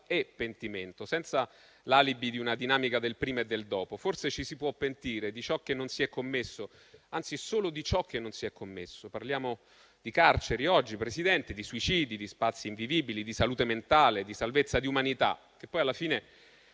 e pentimento, senza l'alibi di una dinamica del prima e del dopo. Forse ci si può pentire di ciò che non si è commesso, anzi solo di ciò che non si è commesso. Parliamo di carceri oggi, Presidente, di suicidi, di spazi invivibili, di salute mentale, di salvezza, di umanità, che poi alla fine,